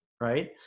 Right